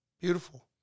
Beautiful